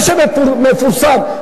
מה שמפורסם,